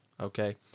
Okay